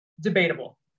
debatable